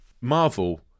marvel